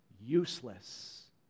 useless